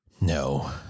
No